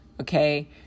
okay